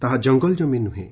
ତାହା ଜଙ୍ଗଲ ଜମି ନୁହେଁ